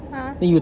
!huh!